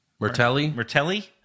Mertelli